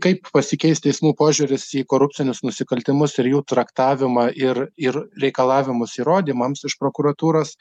kaip pasikeis teismų požiūris į korupcinius nusikaltimus ir jų traktavimą ir ir reikalavimus įrodymams iš prokuratūros